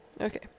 Okay